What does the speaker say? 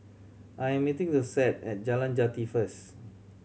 I'm meeting Josette at Jalan Jati first